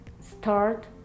start